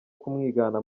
kumwigana